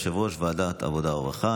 יושב-ראש ועדת העבודה והרווחה.